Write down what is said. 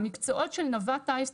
המקצועות של נווט טיס,